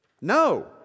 No